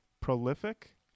prolific